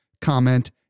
comment